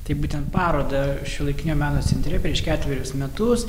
tai būtent parodą šiuolaikinio meno centre prieš ketverius metus